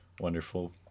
Wonderful